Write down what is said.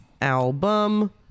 album